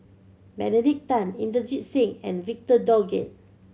Benedict Tan Inderjit Singh and Victor Doggett